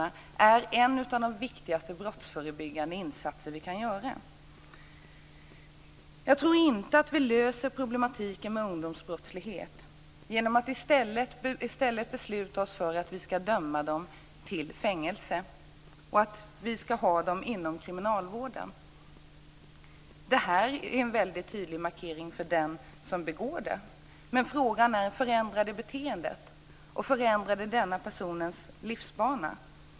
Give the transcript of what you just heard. Det är en av de viktigaste brottsförebyggande insatserna som vi kan göra. Jag tror inte att vi löser problematiken med ungdomsbrottsligheten genom att vi i stället beslutar oss för att de här ungdomarna ska dömas till fängelse och att vi ska ha dem inom kriminalvården. Det här är en väldigt tydlig markering för den som begår brott men frågan är om detta förändrar beteendet och den här personens livsbana.